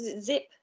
Zip